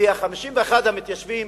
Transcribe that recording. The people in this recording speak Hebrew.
כי 51 המתיישבים,